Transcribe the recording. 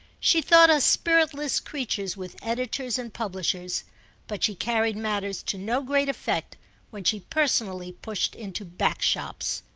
she thought us spiritless creatures with editors and publishers but she carried matters to no great effect when she personally pushed into back-shops.